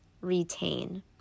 retain